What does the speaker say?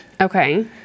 Okay